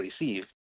receive